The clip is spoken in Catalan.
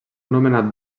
nomenat